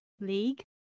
league